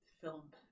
film